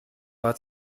war